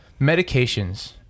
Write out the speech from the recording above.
medications